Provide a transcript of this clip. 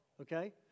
okay